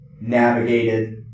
navigated